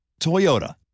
Toyota